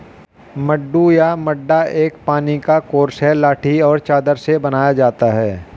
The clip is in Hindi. मड्डू या मड्डा एक पानी का कोर्स है लाठी और चादर से बनाया जाता है